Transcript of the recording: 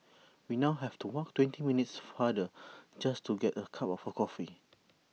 we now have to walk twenty minutes farther just to get A cup of A coffee